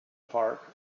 park